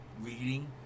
reading